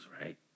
right